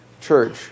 church